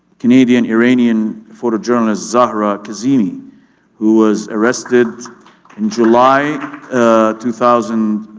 canadian-iranian photojournalist, zahra kazemi who was arrested in july two thousand